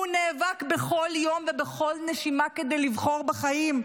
הוא נאבק בכל יום ובכל נשימה כדי לבחור בחיים,